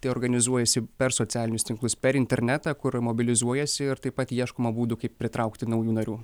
tai organizuojasi per socialinius tinklus per internetą kur mobilizuojasi ir taip pat ieškoma būdų kaip pritraukti naujų narių